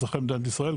אזרחי מדינתי ישראל,